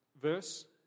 verse